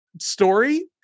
story